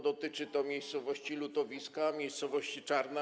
Dotyczy to miejscowości Lutowiska, miejscowości Czarna.